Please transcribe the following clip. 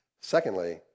Secondly